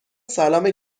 سلام